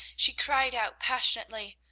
she cried out passionately,